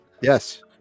Yes